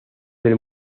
del